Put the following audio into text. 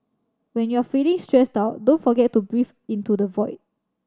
when you are feeling stressed out don't forget to breathe into the void